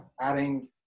adding